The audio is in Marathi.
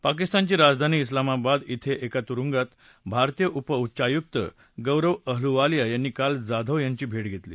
पाकिस्तानची राजधानी इस्लामाबादमध्ये एका तुरुंगात भारतीय उपउच्चायूक गौरव अहलुवालिया यांनी काल जाधव यांची भेक्षेतली